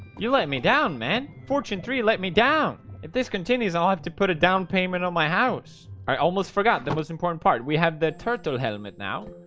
you're letting me down man fortune three, let me down if this continues i'll have to put a down payment on my house. i almost forgot the most important part we have the turtle helmet now,